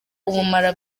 ubumara